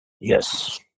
Yes